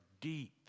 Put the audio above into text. deep